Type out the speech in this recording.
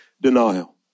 denial